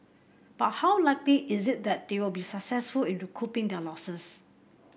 but how likely is it that they will be successful in recouping their losses